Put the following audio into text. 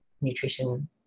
nutrition